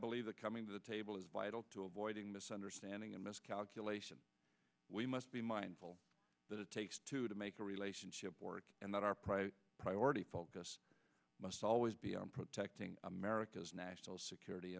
believe the coming to the table is vital to avoiding misunderstanding and miscalculation we must be mindful that it takes two to make a relationship work and that our private priority focus must always be on protecting america's national security